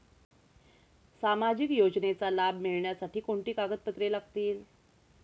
सामाजिक योजनेचा लाभ मिळण्यासाठी कोणती कागदपत्रे लागतील?